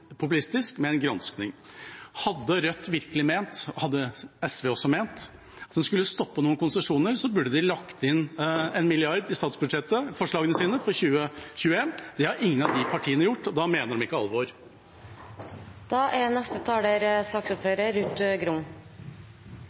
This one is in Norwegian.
populistisk med en gransking. Hadde Rødt – og SV – virkelig ment at en skulle stoppe noen konsesjoner, burde de lagt inn en milliard i statsbudsjettforslagene sine for 2021. Det har ingen av de partiene gjort, og da mener de ikke alvor. Tiden er